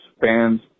Fans